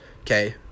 Okay